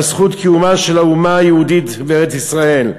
זכות קיומה של האומה היהודית בארץ-ישראל.